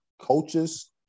coaches